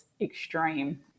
extreme